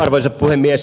arvoisa puhemies